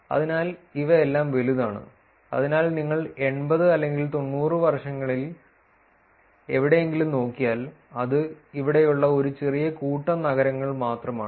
അതിനാൽ ഇവയെല്ലാം വലുതാണ് അതിനാൽ നിങ്ങൾ 80 അല്ലെങ്കിൽ 90 വർഷങ്ങളിൽ എവിടെയെങ്കിലും നോക്കിയാൽ അത് ഇവിടെയുള്ള ഒരു ചെറിയ കൂട്ടം നഗരങ്ങൾ മാത്രമാണ്